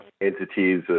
entities